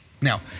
Now